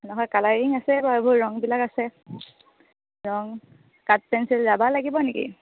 নহয় কালাৰিং আছে বাৰু এইবোৰ ৰংবিলাক আছে ৰং কাঠ পেঞ্চিল যাব লাগিব নেকি